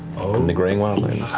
in the greying wildlands.